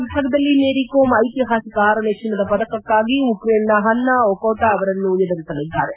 ವಿಭಾಗದಲ್ಲಿ ಮೇರಿ ಕೋಮ್ ಐತಿಹಾಸಿಕ ಆರನೇ ಚಿನ್ನದ ಪದಕಕ್ಕಾಗಿ ಉಕ್ರೇನ್ನ ಪನ್ನಾ ಒಕೋಟಾ ಅವರನ್ನು ಎದುರಿಸಲಿದ್ದಾರೆ